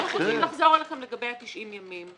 אנחנו צריכים לחזור אליכם לגבי ה-90 ימים,